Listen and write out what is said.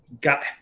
got